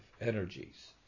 energies